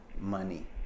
money